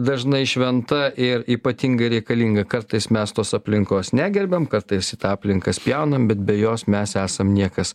dažnai šventa ir ypatingai reikalinga kartais mes tos aplinkos negerbiam kartais į tą aplinką spjaunam bet be jos mes esam niekas